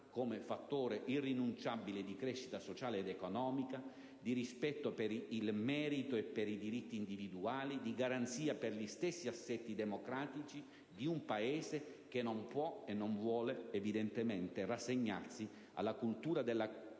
come fattore irrinunciabile di crescita sociale ed economica, di rispetto per il merito e per i diritti individuali, di garanzia per gli stessi assetti democratici di un Paese che non può e non vuole evidentemente rassegnarsi alla cultura della